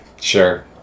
Sure